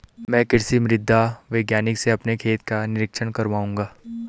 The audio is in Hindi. मैं कृषि मृदा वैज्ञानिक से अपने खेत का निरीक्षण कराऊंगा